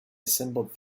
assembled